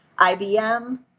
IBM